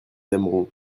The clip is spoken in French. aimeront